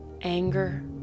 anger